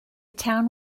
town